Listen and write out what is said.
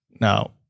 Now